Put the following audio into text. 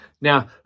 Now